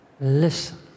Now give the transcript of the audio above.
Listen